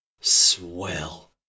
Swell